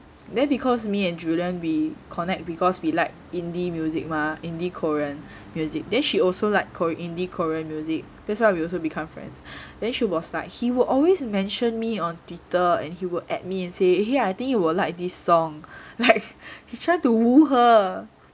then because me and julian we connect because we like indie music mah indie korean music then she also like korean indie korean music that's why we also become friends then she was like he will always mention me on twitter and he will add me and say !hey! I think you will like this song like he tried to !woo! her